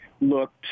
looked